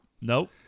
Nope